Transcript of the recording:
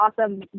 awesome